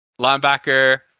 linebacker